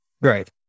Right